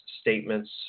statements